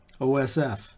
OSF